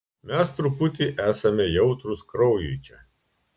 mes truputį esame jautrūs kraujui čia